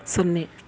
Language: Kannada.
ಸೊನ್ನೆ